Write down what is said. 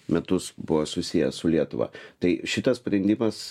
metus buvo susijęs su lietuva tai šitas sprendimas